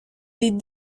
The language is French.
les